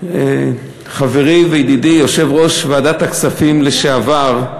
חברי וידידי יושב-ראש ועדת הכספים לשעבר,